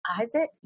Isaac